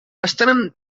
estan